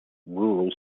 rural